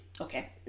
Okay